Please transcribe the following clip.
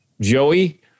Joey